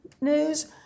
news